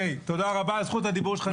תודה רבה, זכות הדיבור שלך נגמרה.